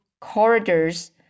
corridors